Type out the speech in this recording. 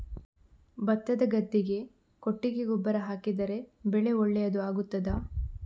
ಭತ್ತದ ಗದ್ದೆಗೆ ಕೊಟ್ಟಿಗೆ ಗೊಬ್ಬರ ಹಾಕಿದರೆ ಬೆಳೆ ಒಳ್ಳೆಯದು ಆಗುತ್ತದಾ?